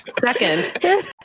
Second